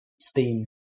Steam